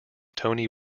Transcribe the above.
tony